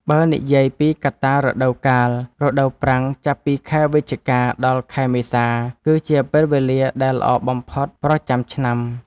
បើនិយាយពីកត្តារដូវកាល រដូវប្រាំងចាប់ពីខែវិច្ឆិកា ដល់ខែមេសា គឺជាពេលវេលាដែលល្អបំផុតប្រចាំឆ្នាំ។